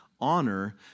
honor